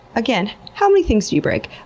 again, how many things do you break?